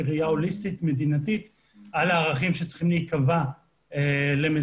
בראייה הוליסטית מדינתית על הערכים שצריכים להיקבע למזהמים.